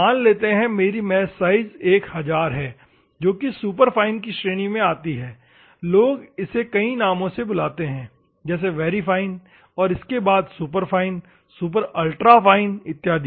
मान लेते हैं मेरी मैश साइज एक हजार हैं जो कि सुपर फाइन की श्रेणी के अंतर्गत आती है लोग इसे कई नामों से बुलाते है जैसे वेरी फाइन और उसके बाद super fine super ultra fine इत्यादि